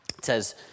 says